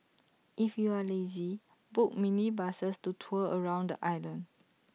if you are lazy book minibuses to tour around the island